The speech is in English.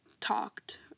talked